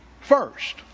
first